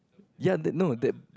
ya that no that